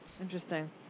Interesting